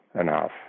enough